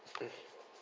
mmhmm